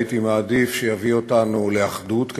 הייתי מעדיף שיביא אותנו לאחדות,